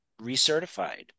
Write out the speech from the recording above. recertified